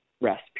rest